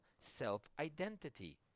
self-identity